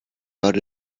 but